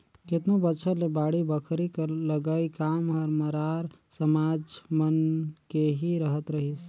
केतनो बछर ले बाड़ी बखरी कर लगई काम हर मरार समाज मन के ही रहत रहिस